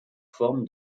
forme